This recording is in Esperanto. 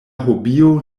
hobio